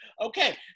Okay